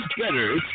better